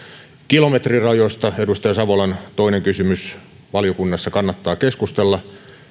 kilometrirajoista edustaja savolan toinen kysymys valiokunnassa kannattaa keskustella